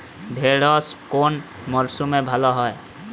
ঢেঁড়শ কোন মরশুমে ভালো হয়?